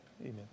Amen